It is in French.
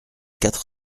quatre